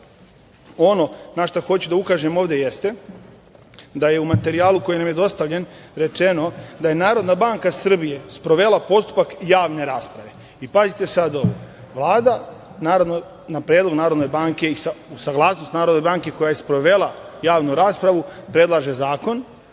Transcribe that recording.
na šta hoću da ukažem ovde jeste da je u materijalu koji nam je dostavljen rečeno da je Narodna banka Srbije sprovela postupak javne rasprave. Pazite sad ovo, Vlada, naravno, na predlog Narodne banke i uz saglasnost Narodne banke koja je sprovela javnu raspravu predlaže zakon